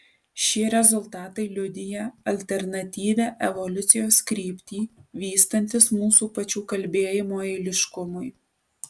šie rezultatai liudija alternatyvią evoliucijos kryptį vystantis mūsų pačių kalbėjimo eiliškumui